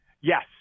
Yes